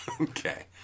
Okay